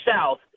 south